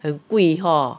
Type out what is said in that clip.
很贵 hor